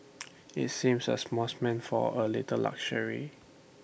IT seems A small spend for A little luxury